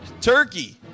turkey